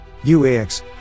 UAX